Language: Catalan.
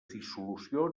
dissolució